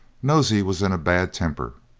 nosey was in a bad temper,